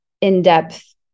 in-depth